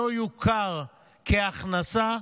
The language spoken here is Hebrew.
שלא יוכרו כהכנסה,